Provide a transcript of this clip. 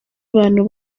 abantu